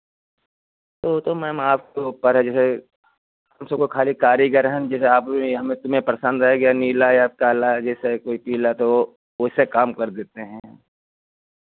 तो वो तो मैम आपके ऊपर है जैसे हम सब तो खाली कारीगर हैं जैसे हमें तुम्हें परसंद आए गया नीला या काला जैसे कोई पीला तो वैसे काम कर देते हैं हम